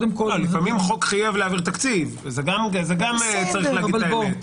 לפעמים חוק חייב להעביר תקציב, צריך לומר את האמת.